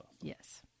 Yes